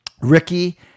Ricky